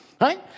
right